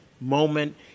moment